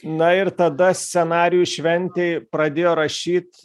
na ir tada scenarijų šventei pradėjo rašyt